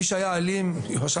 מי שיהיה אלים, המשטרה פה.